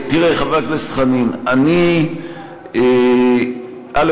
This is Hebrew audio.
תראה, חבר הכנסת חנין, אני, א.